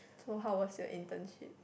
so how was your internship